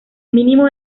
mínimo